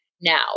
now